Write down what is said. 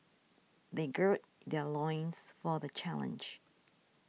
they gird their loins for the challenge